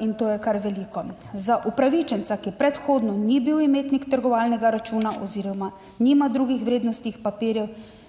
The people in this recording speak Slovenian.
in to je kar veliko. Za upravičenca, ki predhodno ni bil imetnik trgovalnega računa oziroma nima drugih vrednostnih papirjev,